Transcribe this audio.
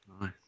Nice